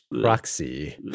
proxy